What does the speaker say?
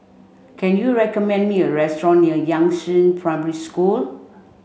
can you recommend me a restaurant near Yangzheng Primary School